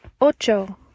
ocho